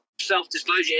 self-disclosure